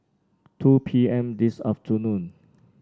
two P M this afternoon